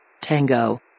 Tango